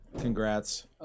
Congrats